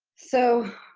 so,